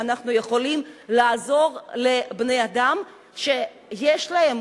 שאנחנו יכולים לעזור לבני-אדם שיש להם